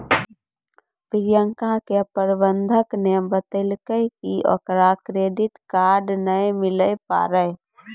प्रियंका के प्रबंधक ने बतैलकै कि ओकरा क्रेडिट कार्ड नै मिलै पारै